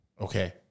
Okay